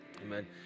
Amen